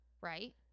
Right